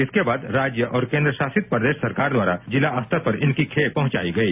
इसके बाद राज्य और केन्द्रशासित प्रदेश सरकार द्वारा जिला स्तर पर इनकी खेप पहुंचायी गई